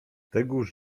tegoż